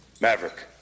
Maverick